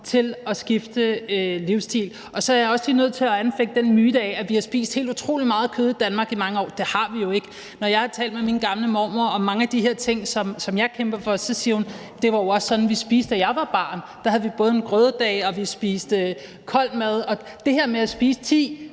til at skifte livsstil. Og så er jeg også lige nødt til at anfægte den myte, der siger, at vi har spist helt utrolig meget kød i Danmark i mange år. Det har vi jo ikke. Når jeg har talt med min gamle mormor om mange af de her ting, som jeg kæmper for, så siger hun: Det var jo også sådan, vi spiste, da jeg var barn. Der havde vi både en grøddag, og vi spiste kold mad. Og det her med at spise ti